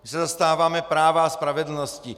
My se zastáváme práva a spravedlnosti.